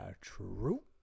true